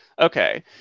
Okay